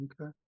okay